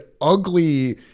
ugly